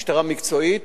המשטרה היא משטרה מקצועית,